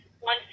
one